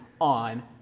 on